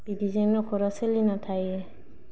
बिदिजों न'खरा सोलिना थायो